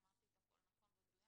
אמרתי את הכול נכון ומדויק?